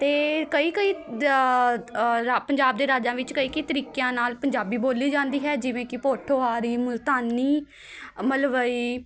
ਅਤੇ ਕਈ ਕਈ ਦ ਰਾ ਪੰਜਾਬ ਦੇ ਰਾਜਾਂ ਵਿੱਚ ਕਈ ਕਈ ਤਰੀਕਿਆਂ ਨਾਲ ਪੰਜਾਬੀ ਬੋਲੀ ਜਾਂਦੀ ਹੈ ਜਿਵੇਂ ਕਿ ਪੋਠੋਹਾਰੀ ਮੁਲਤਾਨੀ ਮਲਵਈ